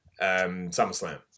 SummerSlam